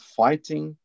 fighting